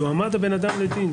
יועמד הבן אדם לדין.